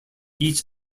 each